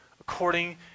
according